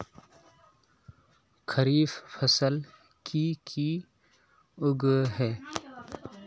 खरीफ फसल की की उगैहे?